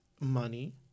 money